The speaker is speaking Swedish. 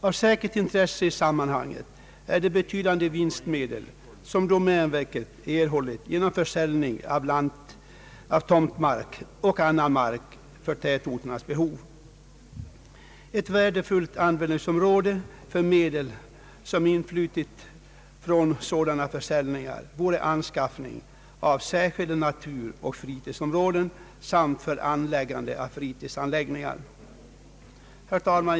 Av intresse i sammanhanget är de betydande vinstmedel som domänverket erhållit genom försäljning av tomtmark och annan mark för tätorternas behov. Ett värdefullt användningsområde för medel som influtit från sådana försäljningar vore anskaffning av särskilda naturoch fritidsområden samt för anordnande av fritidsanläggningar. Herr talman!